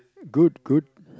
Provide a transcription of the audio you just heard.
good good